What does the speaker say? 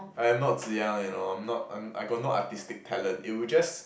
I am not Zi-Yang you know I'm not I got no artistic talent it would just